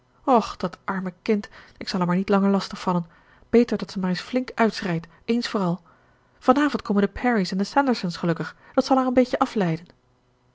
och dat arme kind ik zal haar maar niet langer lastig vallen beter dat ze maar eens flink uitschreit eens voor al van avond komen de parry's en de sanderson's gelukkig dat zal haar een beetje afleiden